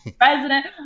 President